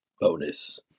Bonus